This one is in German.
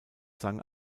sang